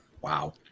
Wow